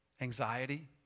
Anxiety